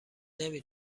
نمی